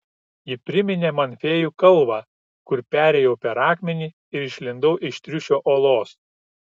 ji priminė man fėjų kalvą kur perėjau per akmenį ir išlindau iš triušio olos